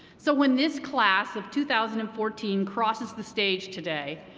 so when this class of two thousand and fourteen crosses the stage today,